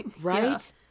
right